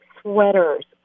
sweaters